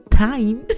time